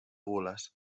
gules